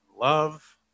love